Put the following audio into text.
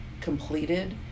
completed